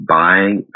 buying